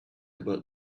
about